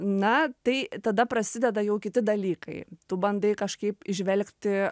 na tai tada prasideda jau kiti dalykai tu bandai kažkaip įžvelgti